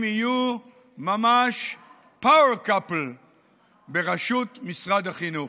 הם יהיו ממש power couple בראשות משרד החינוך.